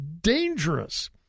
dangerous